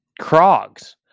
Krogs